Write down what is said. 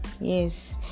yes